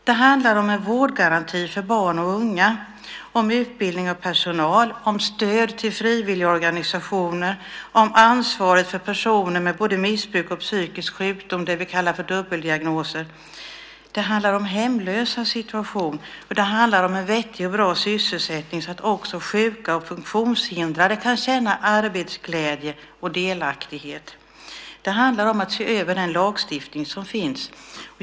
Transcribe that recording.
Det handlar om en vårdgaranti för barn och unga, om utbildning av personal, om stöd till frivilligorganisationer, om ansvaret för personer med både missbruk och psykisk sjukdom - det vi kallar dubbeldiagnoser - det handlar om hemlösas situation, och det handlar om en vettig och bra sysselsättning så att också sjuka och funktionshindrade kan känna arbetsglädje och delaktighet. Det handlar om att se över den lagstiftning som finns.